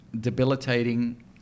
debilitating